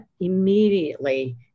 immediately